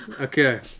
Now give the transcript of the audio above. Okay